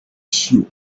sure